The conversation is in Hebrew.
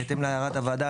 בהתאם להערת הוועדה,